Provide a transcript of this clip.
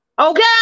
Okay